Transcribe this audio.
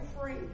free